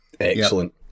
Excellent